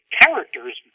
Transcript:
characters